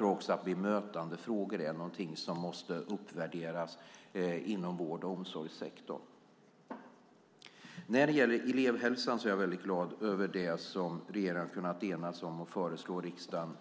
Också bemötandefrågor måste uppvärderas inom vård och omsorgssektorn. När det gäller elevhälsan är jag väldigt glad över det som regeringen har kunnat enas om och föreslå riksdagen.